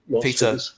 Peter